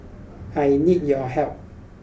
I need your help